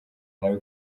nawe